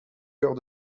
heures